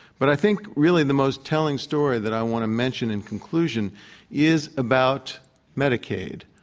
but i think really the most telling story that i want to mention in conclusion is about medicaid,